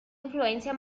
influencia